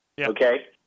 okay